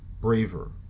braver